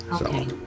Okay